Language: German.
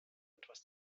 etwas